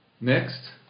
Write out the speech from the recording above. Next